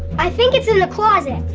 i think it's in the closet.